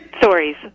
stories